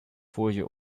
folie